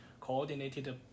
coordinated